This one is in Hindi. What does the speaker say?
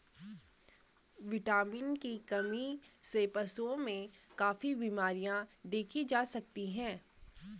विटामिन की कमी से पशुओं में काफी बिमरियाँ देखी जा सकती हैं